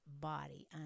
body